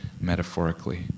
metaphorically